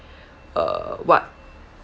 err what